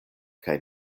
kaj